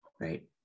right